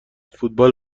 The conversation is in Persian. فوتبال